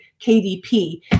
KDP